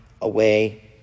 away